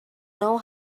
know